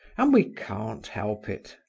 and we can't help it.